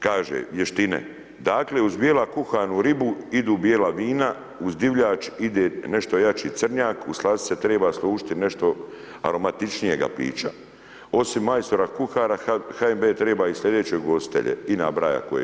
Kaže, vještine, dakle uz bijela kuhanu ribu idu bijela vina, uz divljač ide nešto jači crnjak, uz slastice treba služiti nešto aromatičnijega pića, osim majstora kuhara, HNB treba i slijedeće ugostitelje, i nabraja koje još.